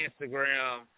Instagram